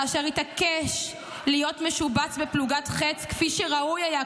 כאשר התעקש להיות משובץ בפלוגת ח"ץ כפי שראוי היה,